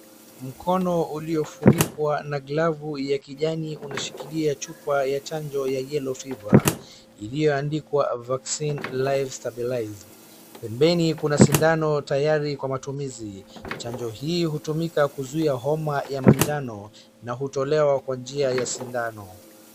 Mkono uliofunikwa na glavu ya kijani unashikilia chupa ya chanjo ya Yellow fever iliyoandikwa vaccine life stabilized . Pembeni kuna sindano tayari kwa matumizi. Chanjo hii hutumika kuzuia homa ya majano na hutolewa kwa njia ya sindano.